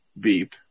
beep